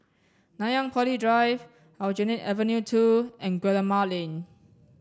Nanyang Poly Drive Aljunied Avenue Two and Guillemard Lane